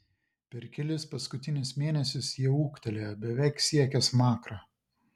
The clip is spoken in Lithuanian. per kelis paskutinius mėnesius jie ūgtelėjo beveik siekė smakrą